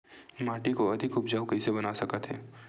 माटी को अधिक उपजाऊ कइसे बना सकत हे?